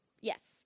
Yes